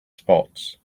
spots